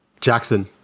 Jackson